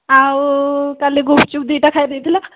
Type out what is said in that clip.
ଆଉ କାଲି ଗୁପ୍ଚୁପ୍ ଦୁଇ'ଟା ଖାଇଦେଇଥିଲା